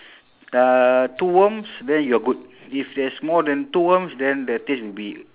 uh two worms then you are good if there's more than two worms then the taste will be